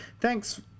Thanks